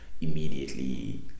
immediately